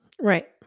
Right